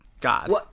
God